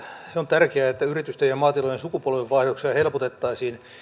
on tärkeää että yritysten ja maatilojen sukupolvenvaihdoksia helpotettaisiin